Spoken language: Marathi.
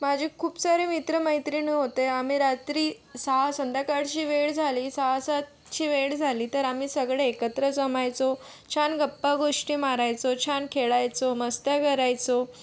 माझे खूप सारे मित्रमेैत्रिणी होते आम्ही रात्री सहा संध्याकाळची वेळ झाली सहा सातची वेळ झाली तर आम्ही सगळे एकत्र जमायचो छान गप्पा गोष्टी मारायचो छान खेळायचो मस्ती करायचो